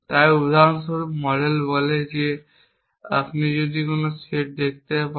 তাই উদাহরণস্বরূপ মডেল বলে যে আপনি যদি আলফা দেখতে পারেন